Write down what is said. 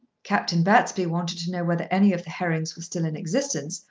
captain battersby wanted to know whether any of the herrings were still in existence,